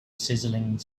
sizzling